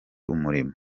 umurimo